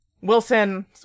Wilson